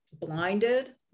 blinded